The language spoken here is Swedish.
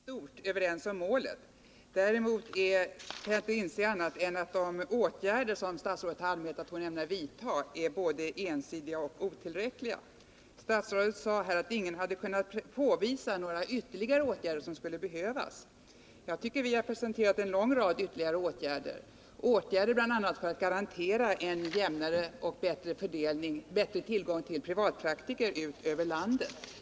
Herr talman! Statsrådet och vi är i stort överens om målet. Däremot kan jag inte inse annat än att de åtgärder som statsrådet anmält att hon ämnar vidta är både ensidiga och otillräckliga. Statsrådet sade här att ingen hade kunnat påvisa att några ytterligare åtgärder skulle behövas. Jag tycker att vi presenterat en lång rad ytterligare åtgärder, bl.a. för att garantera en jämnare och bättre fördelning av privatpraktiker över landet.